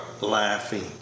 laughing